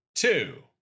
Two